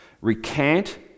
recant